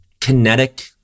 kinetic